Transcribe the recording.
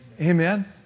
Amen